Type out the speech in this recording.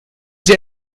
sie